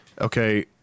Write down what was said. Okay